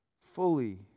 fully